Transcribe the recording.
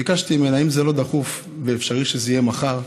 ביקשתי ממנה: אם זה לא דחוף ואפשר שזה יהיה מחר,